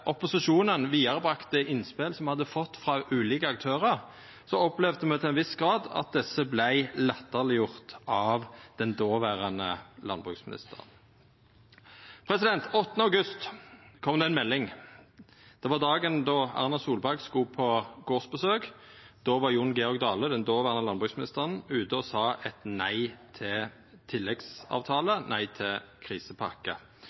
opposisjonen bringa vidare innspel som me hadde fått frå ulike aktørar, opplevde me til ein viss grad at desse vart latterleggjorde av den dåverande landbruksministeren. Den 8. august kom det ei melding. Det var dagen då Erna Solberg skulle på gardsbesøk, då var Jon Georg Dale, den dåverande landbruksministeren, ute og sa eit nei til tilleggsavtale,